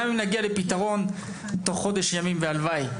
גם אם נגיע לפתרון תוך חודש ימים והלוואי,